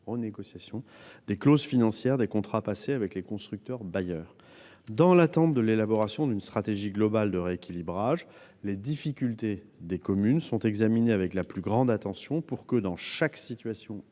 renégociation des clauses financières des contrats passés avec les constructeurs-bailleurs. Dans l'attente de l'élaboration d'une stratégie globale de rééquilibrage, les difficultés des communes sont examinées avec la plus grande attention pour que, dans chaque situation